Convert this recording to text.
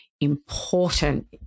important